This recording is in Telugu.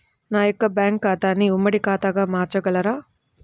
నా యొక్క బ్యాంకు ఖాతాని ఉమ్మడి ఖాతాగా మార్చగలరా?